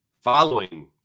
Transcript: following